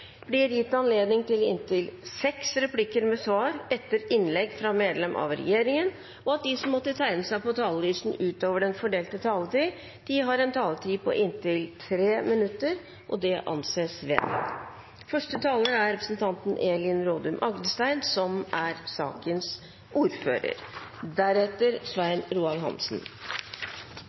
blir gitt anledning til replikkordskifte på inntil seks replikker med svar etter innlegg fra medlemmer av regjeringen innenfor den fordelte taletid, og at de som måtte tegne seg på talerlisten utover den fordelte taletid, får en taletid på inntil 3 minutter. – Det anses vedtatt. Dette er